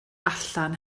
allan